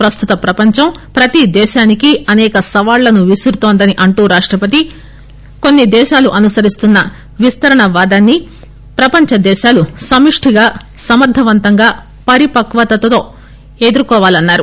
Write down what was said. ప్రస్తుత ప్రపంచం ప్రతి దేశానికి అసేక సవాళ్ళను విసురుతోందని అంటూ రాష్టపతి కొన్సి దేశాలు అనుసరిస్తున్న విస్తరణ వాదాన్ని ప్రపపంచ దేశాలు సమిష్టిగా సమర్గవంతంగాపరిపక్కతతో ఎదుర్కోవాలని అన్నారు